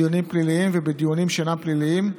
בדיונים פליליים ובדיונים שאינם פליליים,